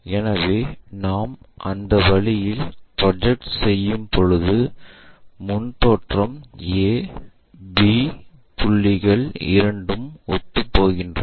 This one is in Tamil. எனவே நாம் அந்த வழியில் ப்ரொஜெக்ட் செய்யும்பொழுது முன் தோற்றம் A B புள்ளிகள் இரண்டும் ஒத்துப்போகின்றன